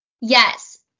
Yes